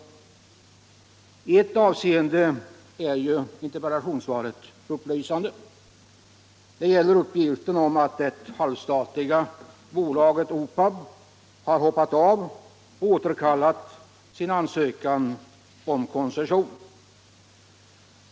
I ett avseende är interpellationssvaret upplysande. Det gäller uppgiften om att det halvstatliga bolaget OPAB har hoppat av och återkallat sin ansökan om koncession.